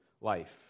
life